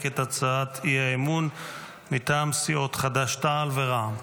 את הצעת האי-אמון מטעם סיעות חד"ש-תע"ל ורע"מ.